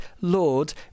Lord